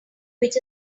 which